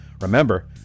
Remember